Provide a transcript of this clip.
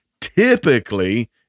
Typically